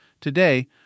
Today—